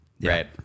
Right